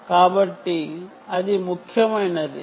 కాబట్టి అది ముఖ్యమైనది